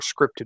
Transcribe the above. scripted